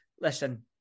listen